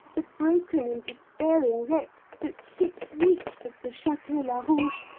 the broken and despairing wreck, that six weeks of the chateau larouge,